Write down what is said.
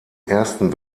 ersten